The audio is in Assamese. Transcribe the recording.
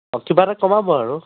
অঁ কিবা এটা কমাব আৰু